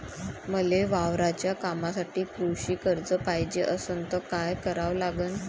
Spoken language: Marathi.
मले वावराच्या कामासाठी कृषी कर्ज पायजे असनं त काय कराव लागन?